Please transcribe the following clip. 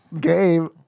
game